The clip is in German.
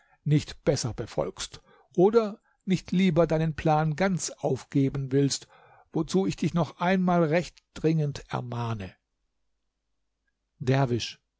nicht besser befolgst oder nicht lieber deinen plan ganz aufgeben willst wozu ich dich noch einmal recht dringend ermahne derwisch